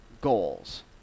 goals